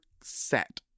set